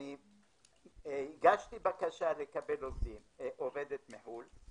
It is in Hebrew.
הגשתי בקשה לקבל עובדת מחו"ל.